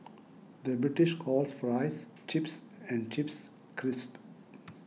the British calls Fries Chips and Chips Crisps